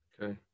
okay